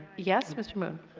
yes mr. moon.